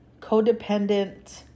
codependent